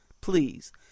please